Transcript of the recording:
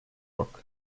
rock